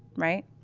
right,